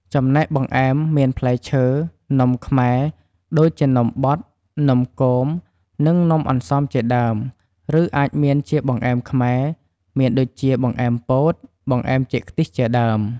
ចំណែកបង្អែមមាន ផ្លែឈើ នំខ្មែរ ដូចជានំបត់ នំគម និងនំអន្សមជាដើម ឬ អាចមានជាបង្អែមខ្មែរ មានដូចជាបង្អែមពោត បង្អែមចេកខ្ទិះជាដើម ។